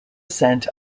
sent